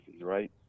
right